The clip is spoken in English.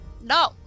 No